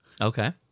Okay